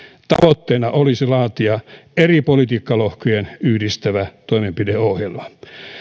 tavoitteena olisi laatia eri politiikkalohkoja yhdistävä toimenpideohjelma